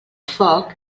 foc